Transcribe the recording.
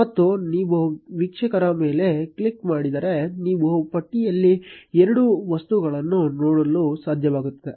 ಮತ್ತು ನೀವು ವೀಕ್ಷಕರ ಮೇಲೆ ಕ್ಲಿಕ್ ಮಾಡಿದರೆ ನೀವು ಪಟ್ಟಿಯಲ್ಲಿ ಎರಡು ವಸ್ತುಗಳನ್ನು ನೋಡಲು ಸಾಧ್ಯವಾಗುತ್ತದೆ